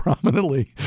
prominently